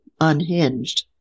unhinged